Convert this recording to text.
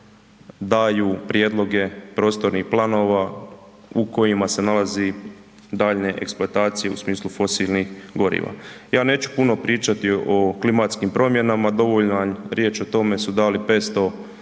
daju prijedloge prostornih planova u kojima se nalazi daljnje eksploatacije u smislu fosilnih goriva. Ja neću puno pričati o klimatskim promjenama, dovoljan riječ o tome su dali 500